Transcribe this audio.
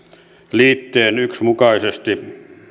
liitteen yksi mukaisesti